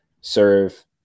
serve